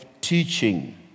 teaching